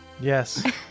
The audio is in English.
Yes